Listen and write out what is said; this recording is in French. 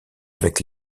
avec